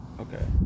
okay